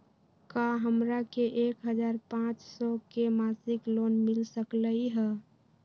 का हमरा के एक हजार पाँच सौ के मासिक लोन मिल सकलई ह?